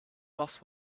bus